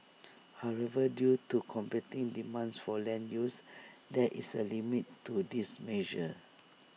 however due to competing demands for land use there is A limit to this measure